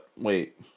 Wait